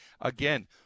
Again